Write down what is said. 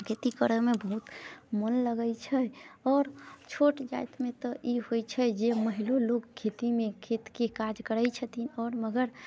खेती करैमे बहुत मन लगैत छै आओर छोट जातिमे तऽ ई होइत छै जे महिलो लोक खेतीमे खेतके काज करैत छथिन आओर मगर